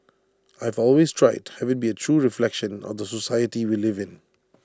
I've always tried have IT be A true reflection of the society we live in